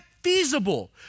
feasible